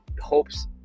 hopes